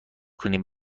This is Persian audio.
کنیم